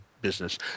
business